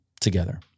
together